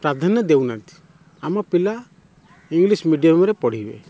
ପ୍ରାଧାନ୍ୟ ଦେଉନାହାନ୍ତି ଆମ ପିଲା ଇଙ୍ଗଲିଶ୍ ମିଡ଼ିଅମ୍ରେ ପଢ଼ିବେ